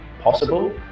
possible